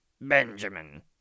Benjamin